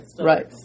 Right